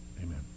Amen